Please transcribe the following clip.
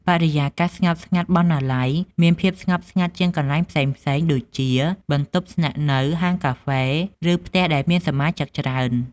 បរិយាកាសស្ងប់ស្ងាត់បណ្ណាល័យមានភាពស្ងប់ស្ងាត់ជាងកន្លែងផ្សេងៗដូចជាបន្ទប់ស្នាក់នៅ ហាងកាហ្វេ ឬផ្ទះដែលមានសមាជិកច្រើន។